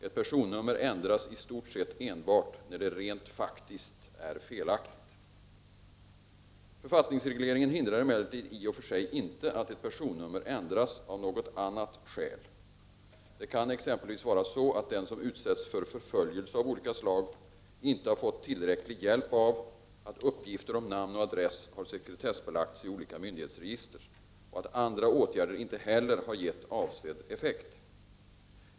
Ett personnummer ändras i stort sett enbart när det rent faktiskt är felaktigt. Författningsregleringen hindrar emellertid i och för sig inte att ett personnummer ändras av något annat skäl. Det kan exempelvis vara så att den som utsätts för förföljelse av olika slag inte har fått tillräcklig hjälp av att uppgifter om namn och adress har sekretessbelagts i olika myndighetsregister och att andra åtgärder inte heller har gett avsedd effekt.